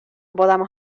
podamos